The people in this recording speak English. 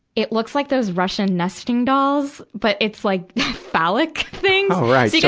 it looks like those russian nesting dolls. but it's like phallic things. oh, right. yeah